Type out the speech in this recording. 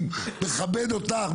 אני מכבד אותך,